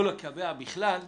זה